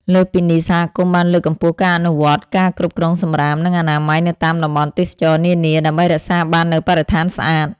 លើសពីនេះ សហគមន៍បានលើកកម្ពស់ការអនុវត្តការគ្រប់គ្រងសំរាម និងអនាម័យនៅតាមតំបន់ទេសចរណ៍នានា ដើម្បីរក្សាបាននូវបរិស្ថានស្អាត។